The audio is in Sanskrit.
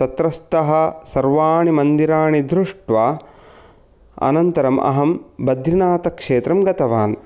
तत्रस्तः सर्वाणि मन्दिराणि दृष्ट्वा अनन्तरम् अहं बद्रिनाथक्षेत्रं गतवान्